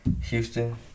Houston